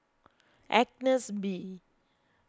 Agnes B